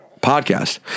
podcast